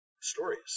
stories